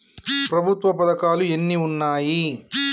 ప్రభుత్వ పథకాలు ఎన్ని ఉన్నాయి?